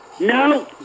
No